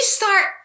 start